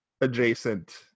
adjacent